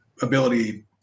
ability